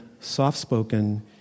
soft-spoken